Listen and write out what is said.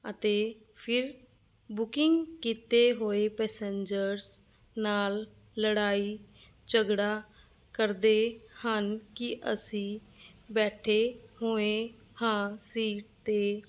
ਅਤੇ ਫਿਰ ਬੁਕਿੰਗ ਕੀਤੇ ਹੋਏ ਪੈਸੰਜਰਸ ਨਾਲ ਲੜਾਈ ਝਗੜਾ ਕਰਦੇ ਹਨ ਕਿ ਅਸੀਂ ਬੈਠੇ ਹੋਏ ਹਾਂ ਸੀਟ 'ਤੇ